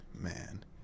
man